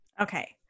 Okay